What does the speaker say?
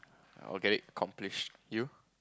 I will get it accomplished you